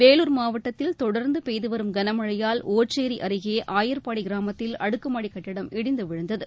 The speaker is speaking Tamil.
வேலூர் மாவட்டத்தில் தொடர்ந்து பெய்துவரும் கனமழையால் ஒச்சேரி அருகே ஆயர்பாடி கிராமத்தில் அடுக்குமாடி கட்டிடம் இடிந்து விழுந்தது